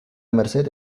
merced